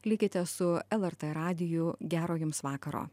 likite su lrt radiju gero jums vakaro